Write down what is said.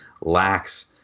lacks